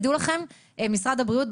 תדעו לכם משרד הבריאות,